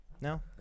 No